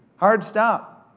hard stop,